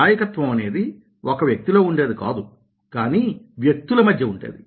నాయకత్వం అనేది ఒక వ్యక్తి లో ఉండేది కాదు కానీ వ్యక్తుల మధ్య ఉండేది